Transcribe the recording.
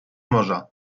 morza